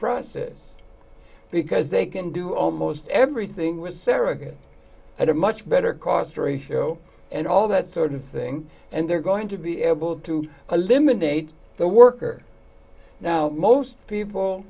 process because they can do almost everything with arrogance at a much better cost ratio and all that sort of thing and they're going to be able to eliminate the worker now most people